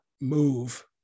move